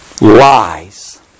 lies